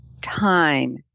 time